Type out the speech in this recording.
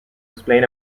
explain